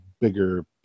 bigger